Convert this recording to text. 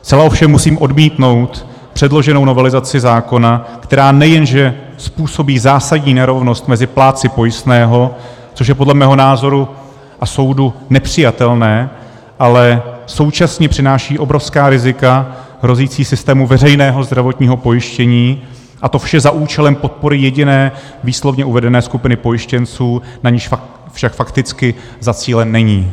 Zcela ovšem musím odmítnout předloženou novelizaci zákona, která nejen že způsobí zásadní nerovnost mezi plátci pojistného, což je podle mého názoru a soudu nepřijatelné, ale současně přináší obrovská rizika hrozící systému veřejného zdravotního pojištění, a to vše za účelem podpory jediné, výslovně uvedené skupiny pojištěnců, na niž však fakticky zacílen není.